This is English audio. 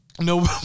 No